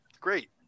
Great